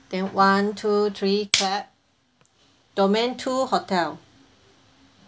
then one two three clap domain two hotel